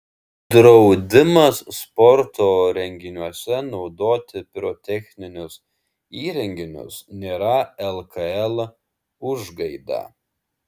draudimas sporto renginiuose naudoti pirotechninius įrenginius nėra lkl užgaida